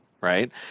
Right